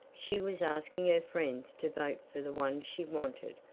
she was asking her friends to vote for the one she wanted.